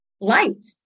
light